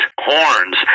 horns